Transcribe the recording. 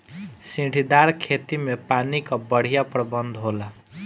सीढ़ीदार खेती में पानी कअ बढ़िया प्रबंध होला